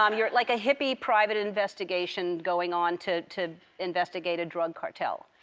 um yeah like a hippie private investigation going on to to investigate a drug cartel.